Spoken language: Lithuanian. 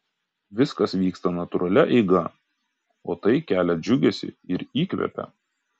viskas vyksta natūralia eiga o tai kelia džiugesį ir įkvepia